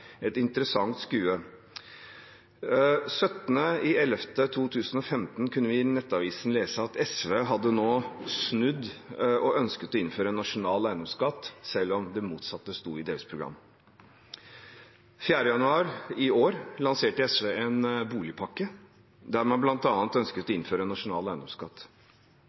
et interessant skue. Den 17. november 2015 kunne vi i Nettavisen lese at SV hadde snudd og ønsket å innføre en nasjonal eiendomsskatt, selv om det motsatte sto i deres program. Den 4. januar i år lanserte SV en boligpakke, der man bl.a. ønsket å innføre en nasjonal eiendomsskatt.